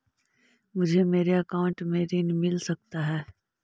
मुझे मेरे अकाउंट से ऋण मिल सकता है?